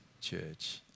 church